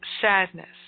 sadness